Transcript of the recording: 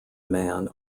man